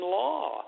law